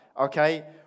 okay